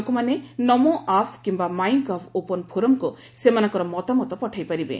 ଲୋକମାନେ ନମୋ ଆପ୍ କିିୟା MyGov open ଫୋରମକୁ ସେମାନଙ୍କର ମତାମତ ପଠାଇପାରିବେ